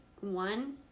one